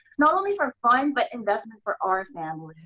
not only for fun, but investment for our.